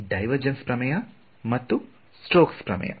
divergence ಪ್ರಮೇಯ ಮತ್ತು Stokes ಪ್ರಮೇಯ